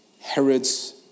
Herod's